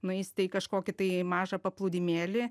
nueisite į kažkokį tai mažą paplūdymėlį